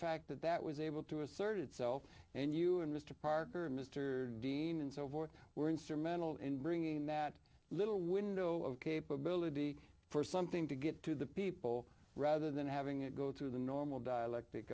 fact that that was able to assert itself and you and mr parker and mr dean and so forth were instrumental in bringing that little window of capability for something to get to the people rather than having it go through the normal dialectic